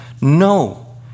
No